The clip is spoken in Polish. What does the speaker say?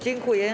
Dziękuję.